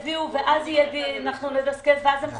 ואז אנחנו נדסקס ואז הם חוזרים,